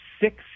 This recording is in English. six